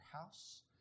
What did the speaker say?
house